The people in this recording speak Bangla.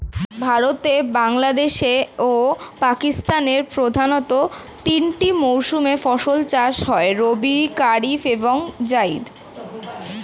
ভারতে, বাংলাদেশ ও পাকিস্তানের প্রধানতঃ তিনটি মৌসুমে ফসল চাষ হয় রবি, কারিফ এবং জাইদ